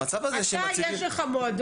המצב הזה שמציגים --- לך יש מועדון?